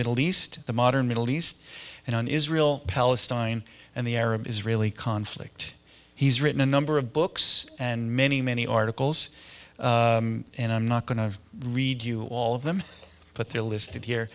middle east the modern middle east and on israel palestine and the arab israeli conflict he's written a number of books and many many articles and i'm not going to read you all of them but they're listed here